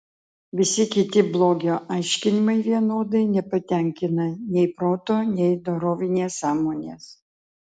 visi kiti blogio aiškinimai vienodai nepatenkina nei proto nei dorovinės sąmonės